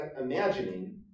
imagining